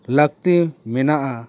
ᱞᱟᱹᱠᱛᱤ ᱢᱮᱱᱟᱜᱼᱟ